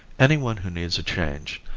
any one who needs a change,